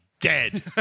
dead